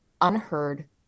unheard